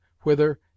whither